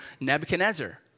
Nebuchadnezzar